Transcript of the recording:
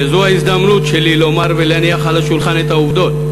וזו ההזדמנות שלי לומר ולהניח על השולחן את העובדות.